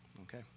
okay